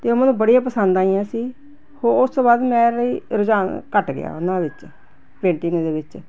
ਅਤੇ ਉਹ ਮੈਨੂੰ ਬੜੀਆਂ ਪਸੰਦ ਆਈਆਂ ਸੀ ਉਸ ਤੋਂ ਬਾਅਦ ਮੇਰੀ ਰੁਝਾਨ ਘੱਟ ਗਿਆ ਉਹਨਾਂ ਵਿੱਚ ਪੇਂਟਿੰਗ ਦੇ ਵਿੱਚ